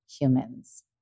humans